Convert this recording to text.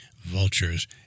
vultures